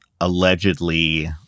allegedly